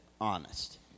honest